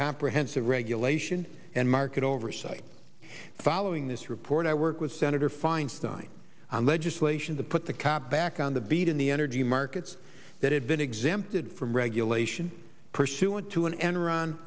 comprehensive regulation and market oversight following this report i work with senator feinstein on legislation to put the cap back on the beat in the energy markets that have been exempted from regulation pursuant to an enron